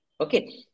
Okay